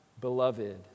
beloved